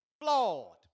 Flawed